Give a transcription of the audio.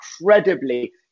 incredibly